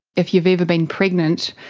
if you have ever been pregnant,